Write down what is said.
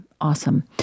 awesome